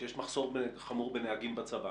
שיש מחסור חמור בנהגים בצבא,